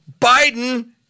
Biden